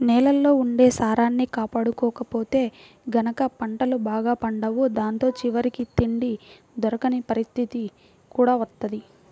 నేలల్లో ఉండే సారాన్ని కాపాడకపోతే గనక పంటలు బాగా పండవు దాంతో చివరికి తిండి దొరకని పరిత్తితి కూడా వత్తది